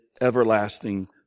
everlasting